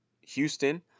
Houston